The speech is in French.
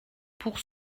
pour